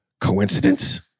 Coincidence